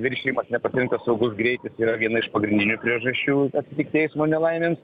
viršijimas nepasirinktas saugus greitis yra viena iš pagrindinių priežasčių atsitikti eismo nelaimėms